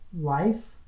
life